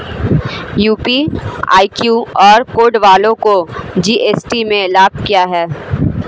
UPI QR code वालों को GST में लाभ क्या है?